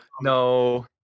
no